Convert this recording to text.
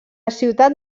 ciutat